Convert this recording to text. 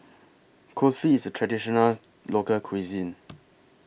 Kulfi IS A Traditional Local Cuisine